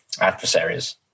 adversaries